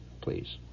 Please